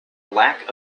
lack